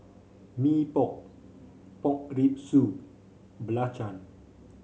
Mee Pok Pork Rib Soup belacan